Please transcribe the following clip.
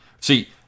See